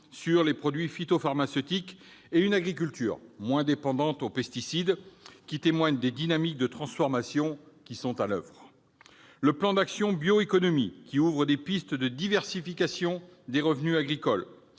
sur les produits phytopharmaceutiques et une agriculture moins dépendante des pesticides, qui témoignent des dynamiques de transformation qui sont à l'oeuvre ; au plan d'action « bioéconomie », qui ouvre des pistes de diversification des revenus agricoles